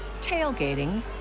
tailgating